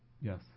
Yes